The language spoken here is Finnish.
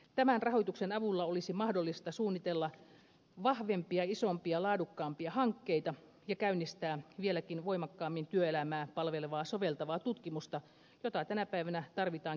tämän rahoituksen avulla olisi mahdollista suunnitella vahvempia isompia ja laadukkaampia hankkeita ja käynnistää vieläkin voimakkaammin työelämää palvelevaa soveltavaa tutkimusta jota tänä päivänä tarvitaan kipeästi